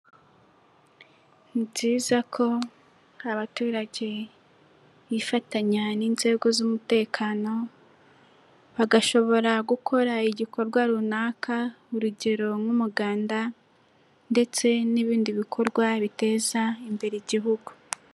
Ni byiza ko abaturage bifatanya n'inzego z'umutekano, bagashobora gukora igikorwa runaka, urugero nk'umuganda ndetse n'ibindi bikorwa biteza imbere igihugu.